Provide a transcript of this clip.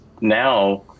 now